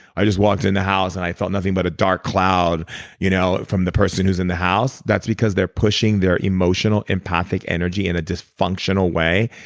i just walked in a house and i felt nothing but a dark cloud you know from the person who's in the house. that's because they're pushing their emotional empathic energy in a dysfunctional way.